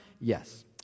Yes